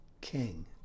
king